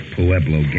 Pueblo